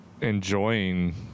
enjoying